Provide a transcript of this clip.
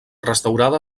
restaurada